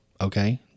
Okay